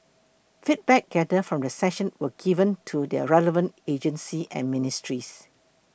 feedback gathered from the session will be given to the relevant agencies and ministries